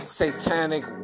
satanic